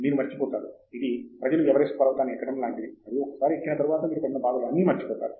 తంగిరాల మీరు మరచిపోతారు ఇది ప్రజలు ఎవరెస్ట్ పర్వతాన్ని ఎక్కడం లాంటిది మరియు ఒకసారి ఎక్కిన తరువాత మీరు పడిన బాధలు అన్నీ మరచిపోతారు